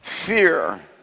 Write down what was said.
Fear